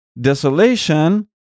Desolation